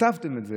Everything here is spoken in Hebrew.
כתבתם את זה,